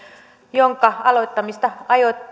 jonka aloittamista